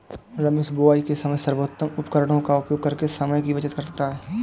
रमेश बुवाई के समय सर्वोत्तम उपकरणों का उपयोग करके समय की बचत करता है